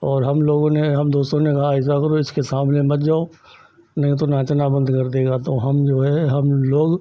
और हमलोगों ने हम दोस्तों ने कहा ऐसा करो इसके सामने मत जाओ नहीं तो नाचना बन्द कर देगा तो हम जो है हमलोग